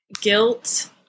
guilt